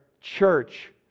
church